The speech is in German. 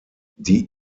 die